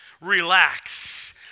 relax